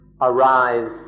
arise